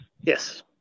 Yes